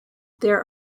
there